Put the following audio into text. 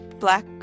Black